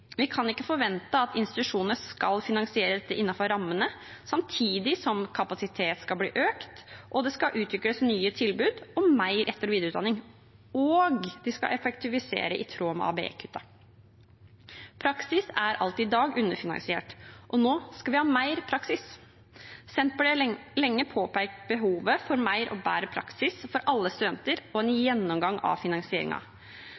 Vi kan ikke forvente at institusjonene skal finansiere dette innenfor rammene, samtidig som kapasitet skal bli økt, det skal utvikles nye tilbud og mer etter- og videreutdanning, og de skal effektivisere i tråd med ABE-kuttene. Praksis er alt i dag underfinansiert, og nå skal vi ha mer praksis. Senterpartiet har lenge påpekt behovet for mer og bedre praksis for alle studenter og en